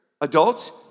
adults